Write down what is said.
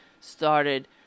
started